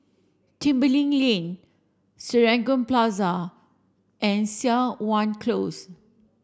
Tembeling Lane Serangoon Plaza and Siok Wan Close